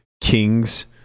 kings